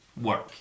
work